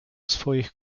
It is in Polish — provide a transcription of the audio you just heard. swoich